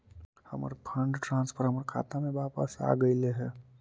हमर fund transfer हमर खाता में वापस आगईल हे